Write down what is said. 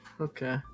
Okay